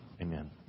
Amen